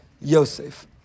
Yosef